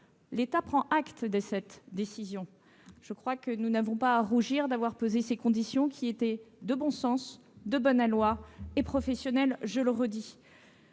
L'État prend acte de cette décision. Je crois que nous n'avons pas à rougir d'avoir posé ces conditions, qui étaient de bon sens, de bon aloi et, je le redis,